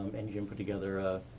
and you can put together a